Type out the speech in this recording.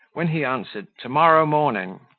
when he answered, to-morrow morning.